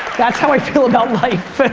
that's how i feel about life.